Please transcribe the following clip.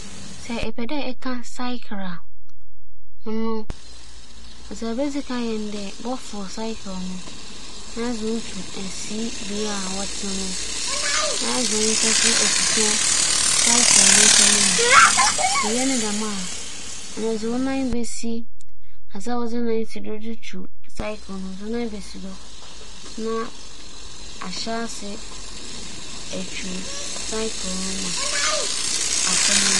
Sɛ merekyerɛ obi a onnyim "ͻyͻle" ka ma oehu mbrɛ wosi ka no a, odzi kan mebɛkyerɛ no dɛ "ͻyͻle" do tsena no, wͻnntsena na wͻnkom hͻn mu mbom ͻwͻ dɛ etsena do otsintsin. ͻno ekyir no, sɛ etsena do wie a, ͻwͻ dɛ ehwɛ beebi ma edze wo nan besi a ͻbɛma "ͻyͻle" no akͻ no. ͻwͻ dɛ edze wo nan sisi do yie na ehwɛ w'enyim, onnyi dɛ ehwɛ adze a edze wo nan esisi do no na ehwɛ ma "ͻyͻle" no tum kͻ.